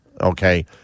Okay